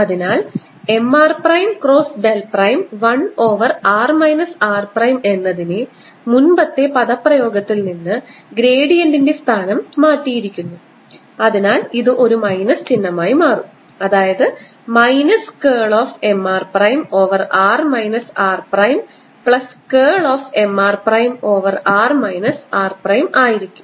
അതിനാൽ M r prime cross del prime 1 over r minus r prime എന്നതിനെ മുൻപത്തെ പദപ്രയോഗത്തിൽ നിന്ന് ഗ്രേഡിയന്റിൻറെ സ്ഥാനം മാറ്റിയിരിക്കുന്നു അതിനാൽ ഇത് ഒരു മൈനസ് ചിഹ്നമായി മാറും അതായത് minus curl of M r prime over r minus r prime plus curl of M r prime over r minus r prime ആയിരിക്കും